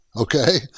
Okay